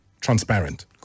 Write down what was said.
transparent